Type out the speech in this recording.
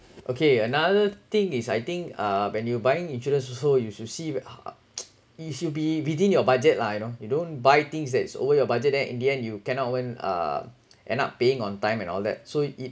okay another thing is I think uh when buying insurance also you should see when ah it should be within your budget lah you know you don't buy things that's over your budget than in the end you cannot when ah end up paying on time and all that so